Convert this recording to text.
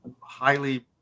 highly